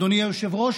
אדוני היושב-ראש,